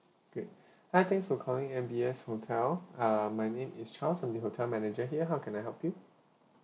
great hi thanks for calling M B S hotel uh my name is charles I'm the hotel manager here how can I help you